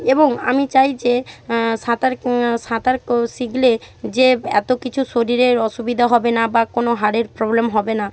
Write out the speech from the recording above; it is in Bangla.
এবং আমি চাই যে সাঁতার সাঁতার শিখলে যে এত কিছু শরীরের অসুবিধা হবে না বা কোনো হাড়ের প্রবলেম হবে না